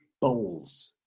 bowls